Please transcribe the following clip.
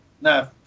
No